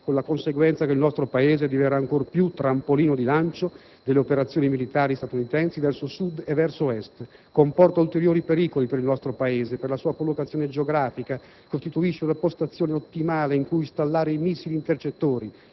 con la conseguenza che il nostro Paese diverrà ancor più trampolino di lancio delle operazioni militari statunitensi verso Sud e verso Est. Comporta ulteriori pericoli per il nostro Paese, che, per la sua collocazione geografica, costituisce una postazione ottimale in cui installare i missili intercettori: